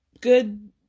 good